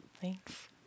Thanks